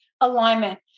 alignment